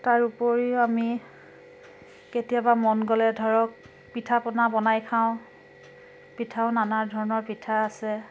তাৰ উপৰিও আমি কেতিয়াবা মন গ'লে ধৰক পিঠাপনা বনাই খাওঁ পিঠাও নানা ধৰণৰ পিঠা আছে